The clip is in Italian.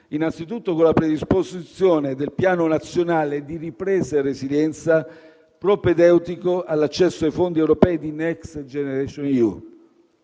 Di questo piano abbiamo già posto le basi, individuando gli obiettivi da perseguire nel corso della consultazione nazionale e progettiamo il rilancio.